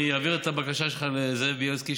אני אעביר את הבקשה שלך לזאב בילסקי,